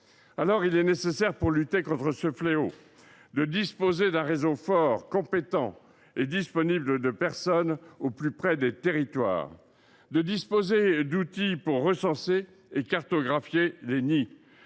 ruches. Il est nécessaire, pour lutter contre ce fléau, de disposer d’un réseau fort, compétent et disponible de personnes au plus près des territoires ; de disposer d’outils pour recenser et cartographier les nids